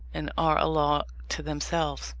and are a law to themselves